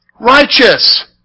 Righteous